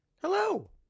Hello